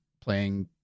playing